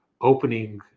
opening